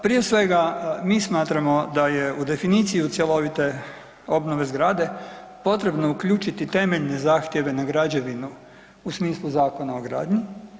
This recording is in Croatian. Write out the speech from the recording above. Prije svega mi smatramo da je u definiciji u cjelovite obnove zgrade potrebno uključiti temeljne zahtjeve na građevinu u smislu Zakona o gradnji.